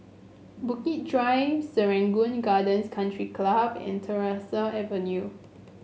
Bukit Drive Serangoon Gardens Country Club and Tyersall Avenue